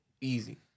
Easy